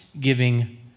giving